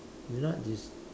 peanuts is